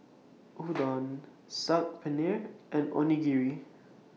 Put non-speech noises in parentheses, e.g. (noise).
Udon (noise) Saag Paneer and Onigiri